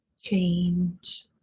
change